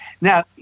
now